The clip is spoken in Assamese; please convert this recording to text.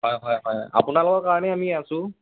হয় হয় হয় আপোনালোকৰ কাৰণেই আমি আছোঁ